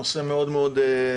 הנושא מאוד חשוב,